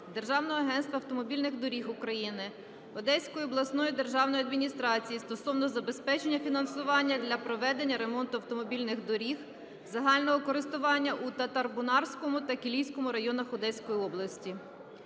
Державного агентства автомобільних доріг України, Одеської обласної державної адміністрації стосовно забезпечення фінансування для проведення ремонту автомобільних доріг загального користування у Татарбунарському та Кілійському районах Одеської області.